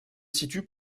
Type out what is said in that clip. situe